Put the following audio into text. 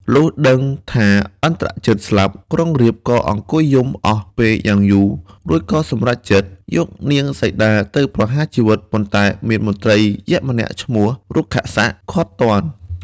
លុះដឹងថាឥន្ទ្រជិតស្លាប់ ក្រុងរាពណ៍ក៏អង្គុយយំអស់ពេលយ៉ាងយូរ រួចក៏សម្រេចចិត្ត យកនាងសីតាទៅប្រហាជីវិត ប៉ុន្តែមានមន្ត្រីយក្សម្នាក់ឈ្មោះ រុក្ខសៈឃាត់ទាន់។